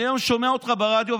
אני היום שומע אותך ברדיו,